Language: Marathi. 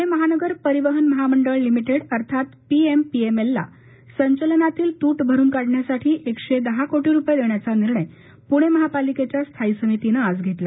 पुणे महानगर परिवहन महामंडळ लिमि ििक्त अर्थात पीएमपीएमएलला संचलनातील तू भरून काढण्यासाठी एकशे दहा कोशी रुपये देण्याचा निर्णय पुणे महापालिकेच्या स्थायी समितीनं आज घेतला